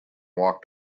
walked